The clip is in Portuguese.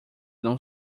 não